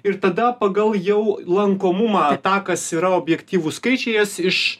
ir tada pagal jau lankomumą tą kas yra objektyvūs skaičiai jas iš